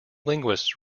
linguists